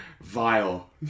Vile